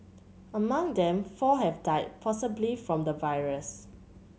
among them four have died possibly from the virus